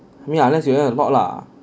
you know unless you earn a lot lah